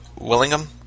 Willingham